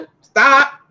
Stop